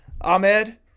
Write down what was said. Ahmed